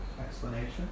explanation